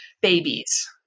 babies